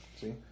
See